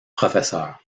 professeur